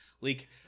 Leak